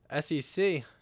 SEC